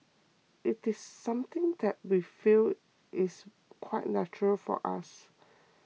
it's something that we feel is quite natural for us